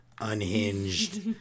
unhinged